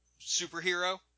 superhero